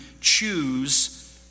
choose